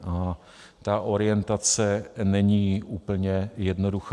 A ta orientace není úplně jednoduchá.